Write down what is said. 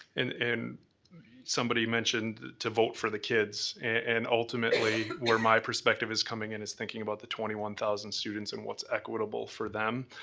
and somebody mentioned to vote for the kids, and ultimately, where my perspective is coming in is thinking about the twenty one thousand students and what's equitable for them,